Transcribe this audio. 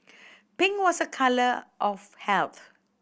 pink was a colour of health